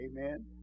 Amen